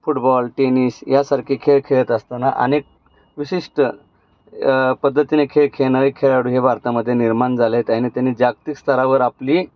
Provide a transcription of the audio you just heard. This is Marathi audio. फुटबॉल टेनिस यासारखे खेळ खेळत असताना अनेक विशिष्ट पद्धतीने खेळ खेळणारे खेळाडू हे भारतामध्ये निर्माण झाले आहेत आणि त्यांनी जागतिक स्तरावर आपली